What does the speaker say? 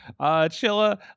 chilla